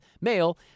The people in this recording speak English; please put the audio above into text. male